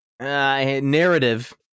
Narrative